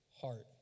heart